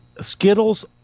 Skittles